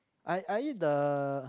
I I eat the